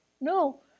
No